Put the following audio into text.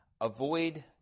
avoid